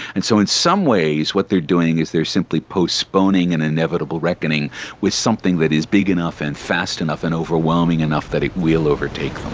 and so in some ways what they are doing is they are simply postponing an and inevitable reckoning with something that is big enough and fast enough and overwhelming enough that it will overtake them.